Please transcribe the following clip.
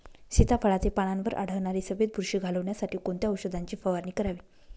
सीताफळाचे पानांवर आढळणारी सफेद बुरशी घालवण्यासाठी कोणत्या औषधांची फवारणी करावी?